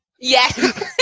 Yes